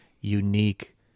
unique